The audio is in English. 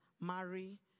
Mary